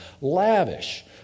lavish